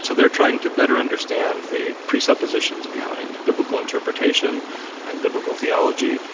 so they're trying to better understand the presuppositions behind biblical interpretation and biblical theology,